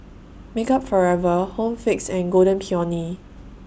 Makeup Forever Home Fix and Golden Peony